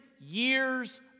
years